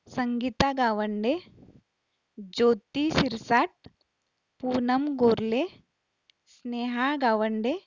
Sangeeta Gawande Jyoti Shirsat Poonam Gorle Neha Gawande